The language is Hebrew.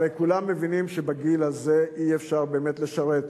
הרי כולם מבינים שבגיל הזה אי-אפשר באמת לשרת,